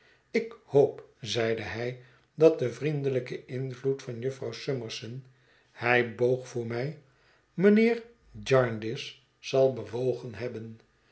ik hoop zeide hij dat de vriendelijke invloed van jufvrouw summerson hij boog voor mij mijnheer jarndyce zal bewogen hebben